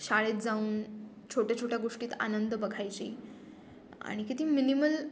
शाळेत जाऊन छोट्या छोट्या गोष्टीत आनंद बघायची आणि किती मिनिमल